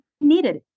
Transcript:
needed